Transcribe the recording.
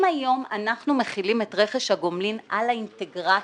אם היום אנחנו מחילים את רכש הגומלין על האינטגרטור,